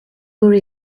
were